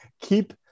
keep